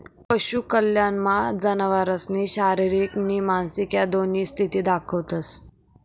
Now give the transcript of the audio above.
पशु कल्याणमा जनावरसनी शारीरिक नी मानसिक ह्या दोन्ही स्थिती दखतंस